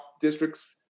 districts